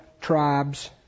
tribes